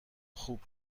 خوب